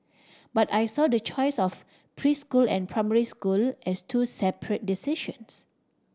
but I saw the choice of preschool and primary school as two separate decisions